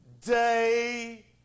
day